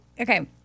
Okay